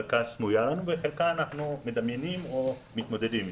חלקה סמויה לנו ואת חלקה אנחנו מדמיינים או מתמודדים אתה.